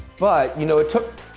but you know it took.